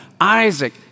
Isaac